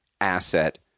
asset